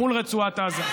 מול רצועת עזה.